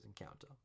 encounter